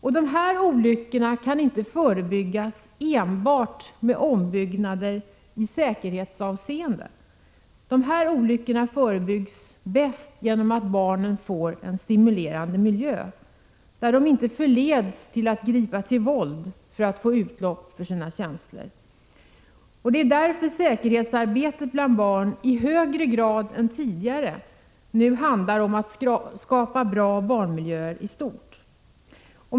De här olyckorna kan inte förebyggas enbart med ombyggnader i säkerhetshänseende. De förebyggs bäst genom att barn får en stimulerande miljö, där de inte förleds att gripa till våld för att få utlopp för sina känslor. Det är därför säkerhetsarbetet bland barn i högre grad än tidigare nu handlar om att skapa bra barnmiljöer i stort.